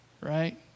Right